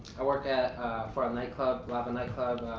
i work for a night club, lava nightclub.